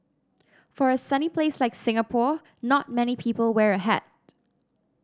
for a sunny place like Singapore not many people wear a hat